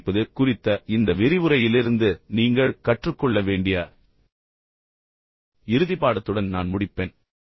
பின்னர் கவனிப்பது குறித்த இந்த விரிவுரையிலிருந்து நீங்கள் கற்றுக்கொள்ள வேண்டிய இறுதி பாடத்துடன் நான் முடிப்பேன்